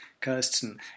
Kirsten